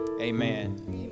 amen